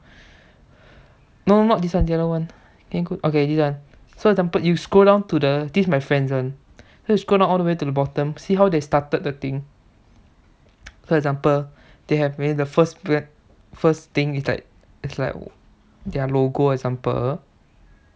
no no not this one the other one okay this one so example you scroll down to the this my friend's one so you scroll down all the way to the bottom see how they started the thing so for example they have maybe the first brand the first thing is like is like their logo example